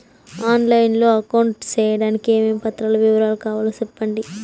On line లో account సేయడానికి ఏమేమి పత్రాల వివరాలు కావాలో సెప్పండి?